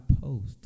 post